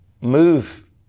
move